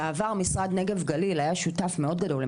בעבר משרד נגב גליל היה שותף מאוד גדול,